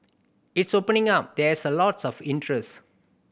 it's opening up there's lots of interest